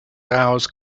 hours